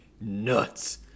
nuts